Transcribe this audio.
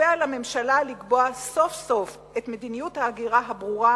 יכפה על הממשלה לקבוע סוף-סוף מדיניות הגירה ברורה,